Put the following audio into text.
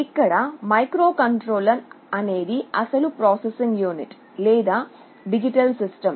ఇక్కడ మైక్రోకంట్రోలర్ అనేది అసలు ప్రాసెసింగ్ యూనిట్ లేదా డిజిటల్ సిస్టం